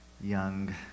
young